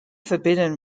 forbidden